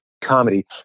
Comedy